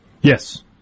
Yes